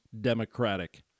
Democratic